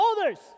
others